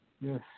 Yes